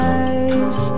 eyes